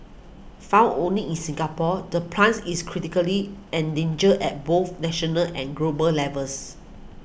found only in Singapore the plans is critically endangered at both national and global levels